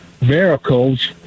miracles